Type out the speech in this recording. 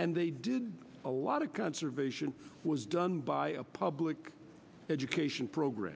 and they did a lot of conservation was done by a public education program